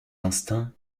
instincts